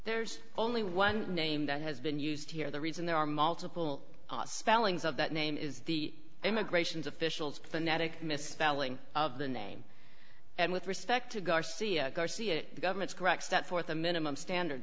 there's only one name that has been used here the reason there are multiple spellings of that name is the immigrations officials phonetic misspelling of the name and with respect to garcia garcia the government's correct step forth a minimum standard